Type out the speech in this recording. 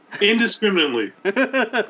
indiscriminately